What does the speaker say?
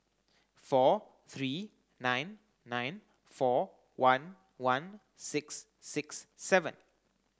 four three nine nine four one one six six seven